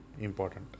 Important